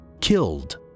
killed